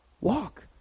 Walk